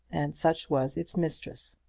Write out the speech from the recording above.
and such was its mistress.